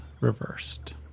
reversed